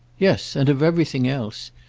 yes, and of everything else.